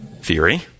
theory